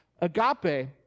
Agape